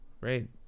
right